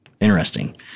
interesting